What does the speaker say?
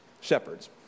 shepherds